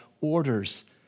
orders